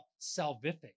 salvific